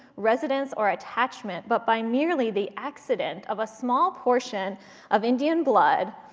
residence, or attachment, but by merely the accident of a small portion of indian blood,